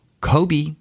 Kobe